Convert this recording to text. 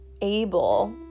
able